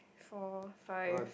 four five